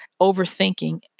overthinking